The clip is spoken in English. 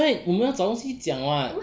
that's why 我们要找东西讲 [what]